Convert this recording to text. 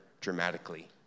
dramatically